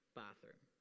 bathroom